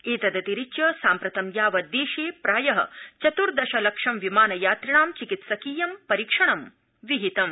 एतदतिरिच्य साम्प्रतं यावत् देशे प्राय चत्र्दश लक्षं विमान यात्रिणां चिकित्सकीयं परीक्षणं विहितम्